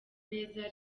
neza